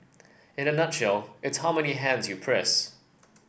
in a nutshell it's how many hands you press